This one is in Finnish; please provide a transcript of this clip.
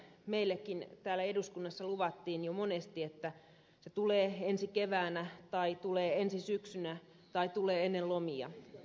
meillekin täällä eduskunnassa luvattiin jo monesti että se tulee ensi keväänä tai tulee ensi syksynä tai tulee ennen lomia